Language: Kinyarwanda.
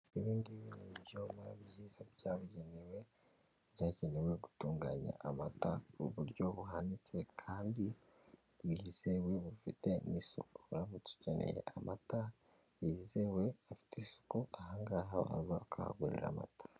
Ibi ngibi ni ibyuma byiza byabugenewe byagenewe gutunganya amata ku buryo buhanitse kandi bwizewe bufite n'isuku uramutse ukeneye amata yizewe afite isuku aha ngaha waza ukahagurira amata.